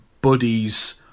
buddies